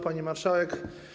Pani Marszałek!